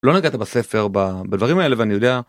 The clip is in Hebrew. לא נגעת בספר בדברים האלה ואני יודע.